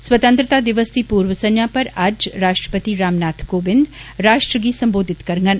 स्वतंत्रता दिवस दी पूर्व संजा पर अज्ज राष्ट्रपति राम नाथ कोविन्द राष्ट्र गी सम्बोधित करगन